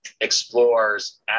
explores